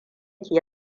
ke